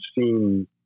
seen